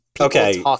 Okay